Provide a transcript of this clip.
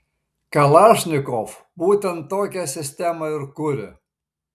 kalašnikov būtent tokią sistemą ir kuria